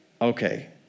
okay